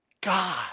God